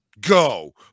Go